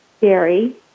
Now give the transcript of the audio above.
Gary